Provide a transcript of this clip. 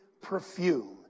perfume